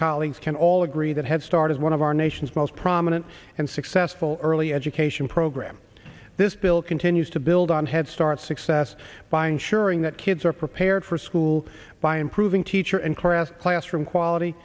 colleagues can all agree that head start is one of our nation's most prominent and successful early education program this bill continues to build on headstart success by ensuring that kids are prepared for school by improving teacher and craft classroom quality